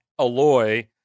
Aloy